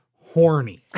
horny